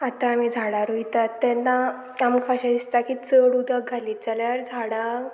आतां आमी झाडां रोयतात तेन्ना आमकां अशें दिसता की चड उदक घालीत जाल्यार झाडां